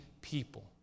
people